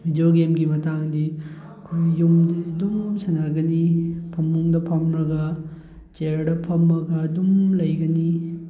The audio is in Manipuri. ꯚꯤꯗꯤꯑꯣ ꯒꯦꯝꯒꯤ ꯃꯇꯥꯡꯗꯤ ꯑꯩꯈꯣꯏ ꯌꯨꯝꯗ ꯑꯗꯨꯝ ꯁꯥꯟꯅꯒꯅꯤ ꯐꯃꯨꯡꯗ ꯐꯝꯂꯒ ꯆꯤꯌꯥꯔꯗ ꯐꯝꯂꯒ ꯑꯗꯨꯝ ꯂꯩꯒꯅꯤ